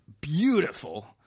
beautiful